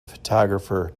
photographer